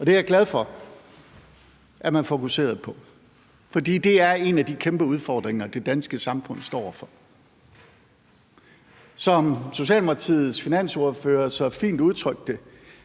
det er jeg glad for at man fokuserede på. For det er en af de kæmpe udfordringer, det danske samfund står over for. Kl. 16:50 Som Socialdemokratiets finansordfører så fint udtrykte